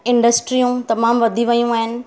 इंडस्ट्रियूं तमामु वधी वियूं आहिनि